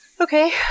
Okay